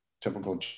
typical